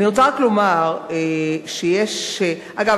אגב,